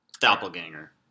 doppelganger